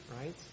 Right